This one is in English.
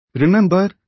Remember